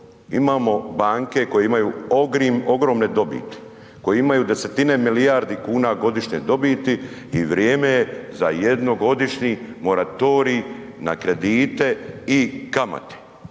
Imamo banke koje imaju ogromne dobiti, koje imaju 10-tine milijardi kuna godišnje dobiti i vrijeme je za jednogodišnji moratorij na kredite i kamate.